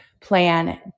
plan